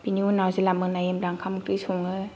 बिनि उनाव जेला मोनायो होमब्ला ओंखाम ओंख्रि सङो